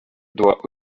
doit